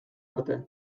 arte